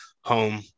home